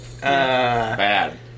Bad